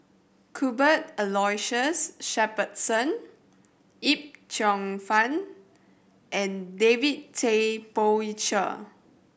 Cuthbert Aloysius Shepherdson Yip Cheong Fun and David Tay Poey Cher